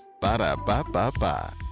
Ba-da-ba-ba-ba